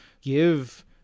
give